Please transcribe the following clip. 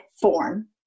form